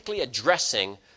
addressing